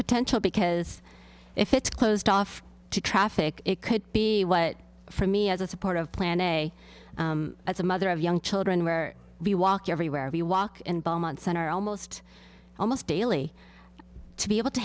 potential because if it's closed off to traffic it could be what for me as a part of plan a as a mother of young children where we walk everywhere we walk in belmont center almost almost daily to be able to